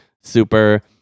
super